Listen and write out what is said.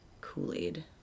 Kool-Aid